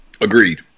Agreed